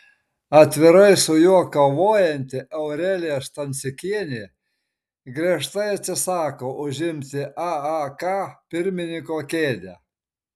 atvirai su juo kovojanti aurelija stancikienė griežtai atsisako užimti aak pirmininko kėdę